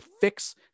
fix